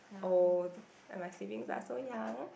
old and my siblings are so young